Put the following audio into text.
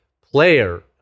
player